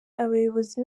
abayobozi